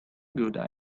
good